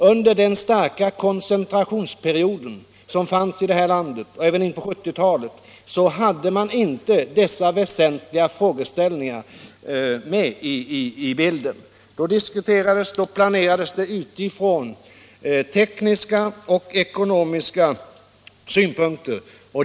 Under den starka koncentrationsperioden på 1960-talet och även in på 1970-talet hade man inte dessa väsentliga frågeställningar med i bilden. Då diskuterade och planerade man utifrån tekniska och ekonomiska synpunkter.